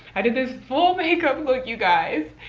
i did this full makeup look you guys.